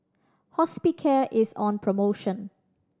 Hospicare is on promotion